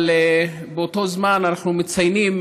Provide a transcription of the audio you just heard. אבל באותו זמן אנחנו מציינים,